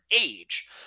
age